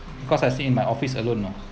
because I sleep in my office alone mah